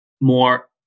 more